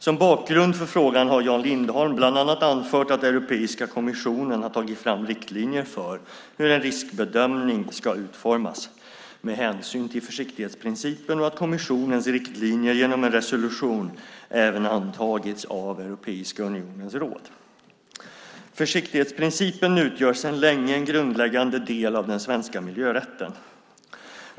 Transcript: Som bakgrund för frågan har Jan Lindholm bland annat anfört att Europeiska kommissionen har tagit fram riktlinjer för hur en riskbedömning ska utformas med hänsyn till försiktighetsprincipen och att kommissionens riktlinjer genom en resolution även antagits av Europeiska unionens råd. Försiktighetsprincipen utgör sedan länge en grundläggande del av den svenska miljörätten.